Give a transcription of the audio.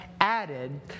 added